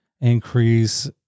increase